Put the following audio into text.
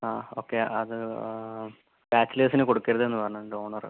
ആ ഓക്കേ അത് ബാച്ചിലേഴ്സിനു കൊടുക്കരുതെന്നു പറഞ്ഞിട്ടുണ്ട് ഓണർ അപ്പോൾ